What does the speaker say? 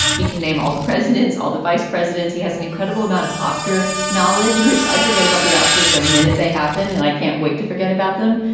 he can name all the presidents, all the vice presidents. he has an incredible amount of oscar knowledge, which i forget about the oscars the minute they happen. and i can't wait to forget about them.